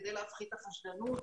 כדי להפחית את החשדנות.